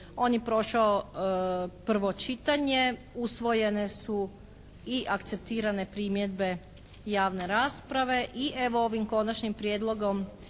On je prošao prvo čitanje. Usvojene su i akceptirane primjedbe javne rasprave. I evo ovim Konačnim prijedlogom